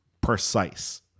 precise